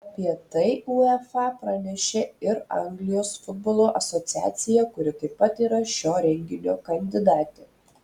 apie tai uefa pranešė ir anglijos futbolo asociacija kuri taip pat yra šio renginio kandidatė